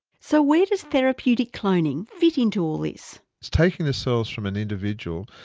so where does therapeutic cloning fit into all this? it's taking the cells from an individual,